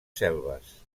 selves